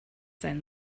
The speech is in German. sein